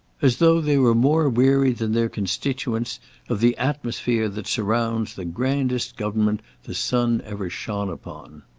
as though they were more weary than their constituents of the atmosphere that surrounds the grandest government the sun ever shone upon.